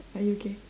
are you okay